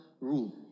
rule